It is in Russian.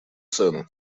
цену